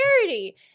charity